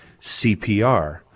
cpr